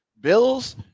Bills